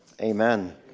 Amen